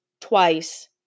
twice